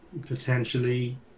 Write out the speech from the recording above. potentially